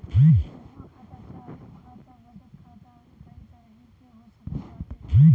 जमा खाता चालू खाता, बचत खाता अउरी कई तरही के हो सकत बाटे